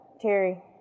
Terry